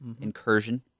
incursion